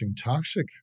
toxic